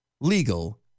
legal